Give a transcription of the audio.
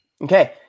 Okay